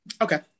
okay